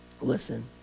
listen